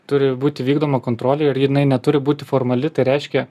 turi būti vykdoma kontrolė ir jinai neturi būti formali tai reiškia